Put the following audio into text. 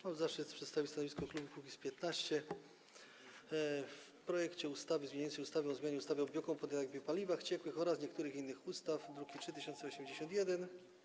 Mam zaszczyt przedstawić stanowisko klubu Kukiz’15 odnośnie do projektu ustawy zmieniającej ustawę o zmianie ustawy o biokomponentach i biopaliwach ciekłych oraz niektórych innych ustaw, druk nr 3081.